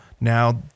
Now